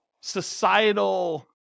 societal